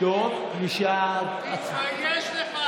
תתבייש לך.